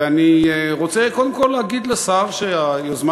ואני רוצה קודם כול להגיד לשר שהיוזמה